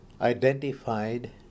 identified